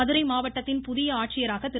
மதுரை மாவட்டத்தின் புதிய ஆட்சித்தலைவராக திரு